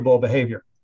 behavior